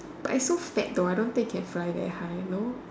but it's so fat though I don't think it can fly very high you know